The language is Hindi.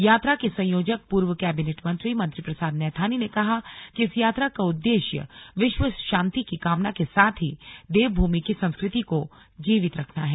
यात्रा के संयोजक पूर्व कैबिनेट मंत्री मंत्री प्रसाद नैथानी ने कहा कि इस यात्रा का उद्देश्य विश्व शांति की कामना के साथ ही देवभूमि की संस्कृति को जीवित रखना है